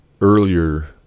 Earlier